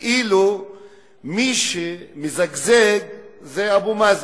כאילו מי שמזגזג זה אבו מאזן.